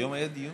היום היה דיון.